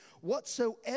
whatsoever